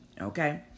Okay